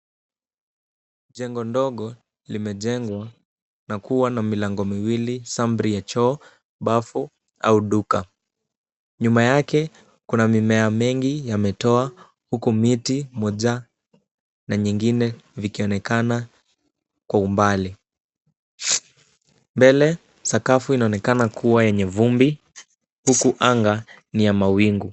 Jengo ndogo limejengwa na kuwa na milango miwili sampuli ya choo, bafu au duka. Nyuma yake kuna mimea mingi yametoa huku miti moja na nyingine vikionekana kwa umbali. Mbele sakafu inaonekana kuwa yenye vumbi huku anga ni ya mawingu.